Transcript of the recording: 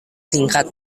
singkat